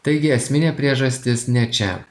taigi esminė priežastis ne čia